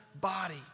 body